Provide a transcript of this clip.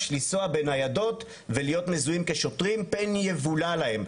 לנסוע בניידות ולהיות מזוהים כשוטרים פן יבולע להם.